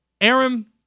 Aaron